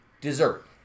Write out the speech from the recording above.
dessert